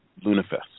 LunaFest